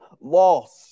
lost